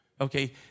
Okay